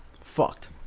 fucked